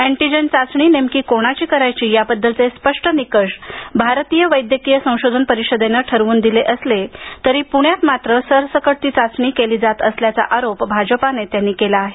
antigen चाचणी नेमकी कोणाची करायची याबद्दलचे स्पष्ट निकष भारतीय वैद्यकीय संशोधन परिषदेनं ठरवून दिले असले तरी पुण्यात मात्र सरसकट ती चाचणी केली जात असल्याचा आरोप भाजपा नेत्यांनी केला आहे